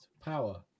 Power